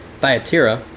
Thyatira